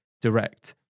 direct